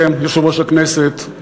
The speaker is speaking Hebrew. אדוני יושב-ראש הכנסת,